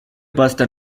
pasta